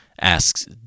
asks